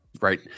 Right